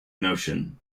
notion